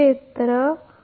तर हे बरोबर आहे